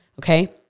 Okay